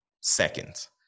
seconds